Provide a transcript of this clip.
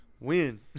Win